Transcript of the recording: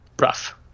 rough